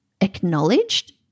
acknowledged